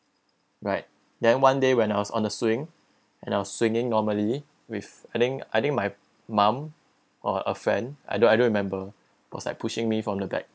right then one day when I was on the swing and I was swinging normally with I think I think my mum or a friend I don't I don't remember was like pushing me from the back